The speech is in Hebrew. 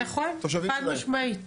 נכון, חד-משמעית.